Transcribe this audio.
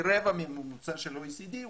היא רבע מהממוצע של ה-OECD,